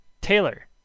taylor